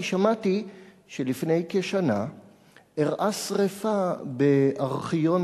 כי שמעתי שלפני כשנה אירעה שרפה בארכיון